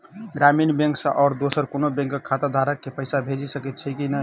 ग्रामीण बैंक सँ आओर दोसर कोनो बैंकक खाताधारक केँ पैसा भेजि सकैत छी की नै?